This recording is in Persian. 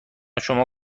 شما